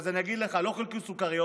אז אני אגיד לך, לא חילקו סוכריות.